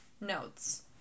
notes